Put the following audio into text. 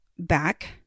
back